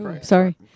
Sorry